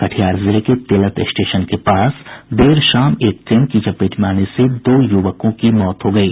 कटिहार जिले के तेलत स्टेशन के पास देर शाम एक ट्रेन की चपेट में आने से दो युवकों की मौत हो गयी